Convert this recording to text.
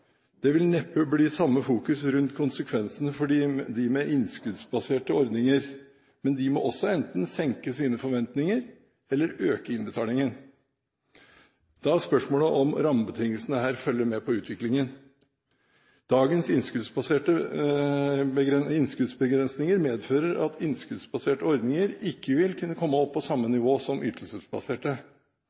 Det vil neppe bli samme fokus rundt konsekvensene for dem med innskuddsbaserte ordninger. De må enten senke sine forventninger eller øke innbetalingen, da spørsmålet er om rammebetingelsene her følger med på utviklingen. Dagens innskuddsbegrensninger medfører at innskuddsbaserte ordninger ikke vil kunne komme opp på samme nivå som ytelsesbaserte.